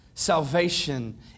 salvation